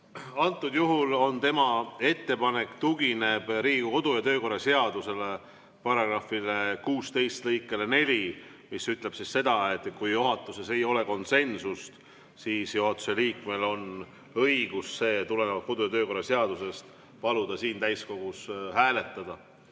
tugineb tema ettepanek Riigikogu kodu‑ ja töökorra seaduse § 16 lõikele 4, mis ütleb seda, et kui juhatuses ei ole konsensust, siis juhatuse liikmel on õigus seda tulenevalt kodu‑ ja töökorra seadusest paluda siin täiskogus hääletada.